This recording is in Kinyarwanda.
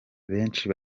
benshi